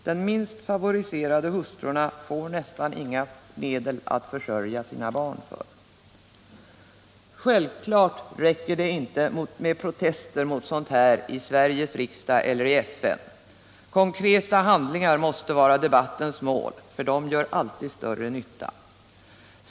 De minst favoriserade hustrurna får nästan inga medel att försörja sina barn för. Självklart räcker det inte med protester mot sådant här i Sveriges riks dag eller i FN. Konkreta handlingar måste vara debattens mål, för de gör alltid större nytta.